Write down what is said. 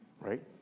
Right